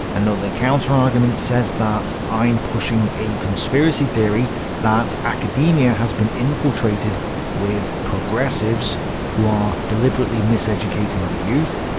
another counter argument says that i'm pushing a conspiracy theory that academia has been infiltrated with progressives who are deliberately miseducating the youth.